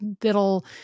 that'll